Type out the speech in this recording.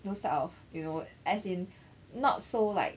those type of you know as in not so like